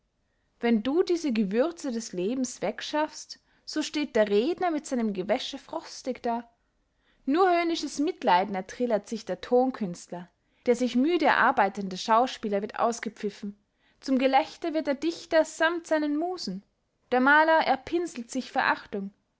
wenn du dieses gewürze des lebens wegschafst so steht der redner mit seinem gewäsche frostig da nur höhnisches mitleiden ertrillert sich der tonkünstler der sich müde erarbeitende schauspieler wird ausgepfiffen zum gelächter wird der dichter samt seinen musen der mahler erpinselt sich verachtung